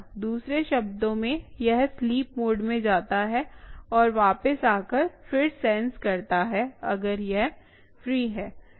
दूसरे शब्दों में यह स्लीप मोड में जाता है और वापिस आकर फिर सेंस करता है अगर यह फ्री है